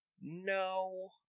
No